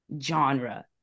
genre